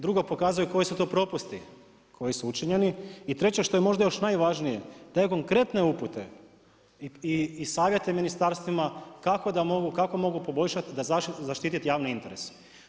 Drugo, pokazuju koji su to propusti koji su učinjeni, i treće što je možda još i najvažnije, daju konkretne upute i savjete ministarstvima kako da mogu, kako mogu poboljšati da zaštite javni interes.